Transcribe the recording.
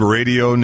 Radio